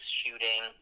shooting